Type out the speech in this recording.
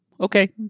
Okay